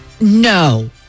No